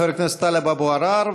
חבר הכנסת טלב אבו עראר,